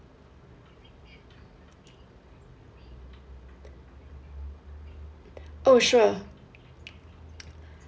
oh sure